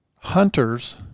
hunters